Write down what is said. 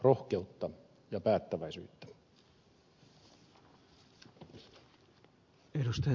rohkeutta ja päättäväisyyttä